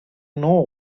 know